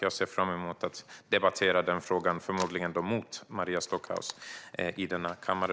Jag ser fram emot att debattera den frågan, förmodligen mot Maria Stockhaus, i denna kammare.